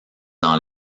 dans